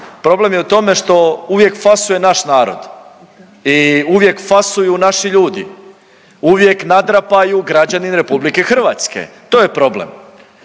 problem je u tome što uvijek fasuje naš narod i uvijek fasuju naši ljudi, uvijek nadrapaju građani Republike Hrvatske. To je problem.